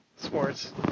sports